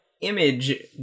image